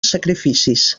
sacrificis